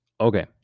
okay